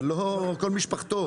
אבל לא כל משפחתו.